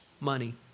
money